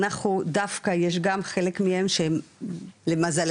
אנחנו דווקא יש גם חלק מהם שהם למזלנו,